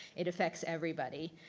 it affects everybody.